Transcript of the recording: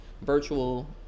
Virtual